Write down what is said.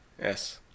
Yes